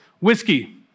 whiskey